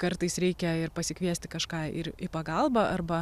kartais reikia ir pasikviesti kažką ir į pagalbą arba